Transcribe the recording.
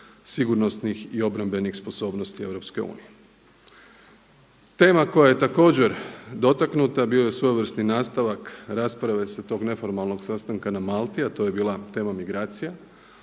sigurnosnih i obrambenih sposobnosti EU. Tema koja je također dotaknuta bio je svojevrsni nastavak rasprave sa tog neformalnog sastanka na Malti a to je bila tema migracija